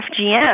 FGM